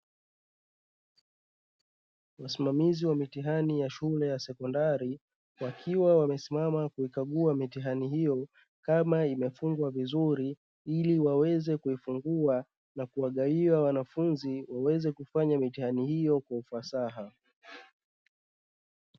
Wasimamizi wa mitihani ya shule ya sekondari, wakiwa wamesimama kuikagua mitihani hiyo kama imefungwa vizuri; ili waweze kuifungua na kuwagawia wanafunzi waweze kufanya mitihani hiyo kwa ufasaha.